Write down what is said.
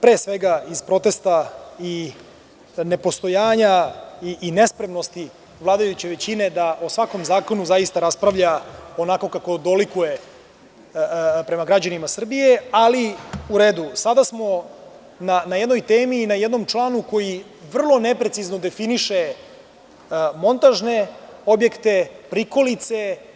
Pre svega iz protesta i nepostojanja i nespremnosti vladajuće većine da o svakom zakonu zaista raspravlja onako kako dolikuje prema građanima Srbije, ali u redu, sada smo na jednoj temi i na jednom članu koji vrlo neprecizno definiše montažne objekte, prikolice.